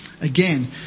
again